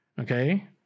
okay